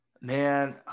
Man